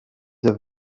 der